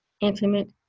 intimate